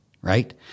right